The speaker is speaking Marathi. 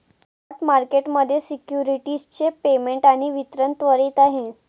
स्पॉट मार्केट मध्ये सिक्युरिटीज चे पेमेंट आणि वितरण त्वरित आहे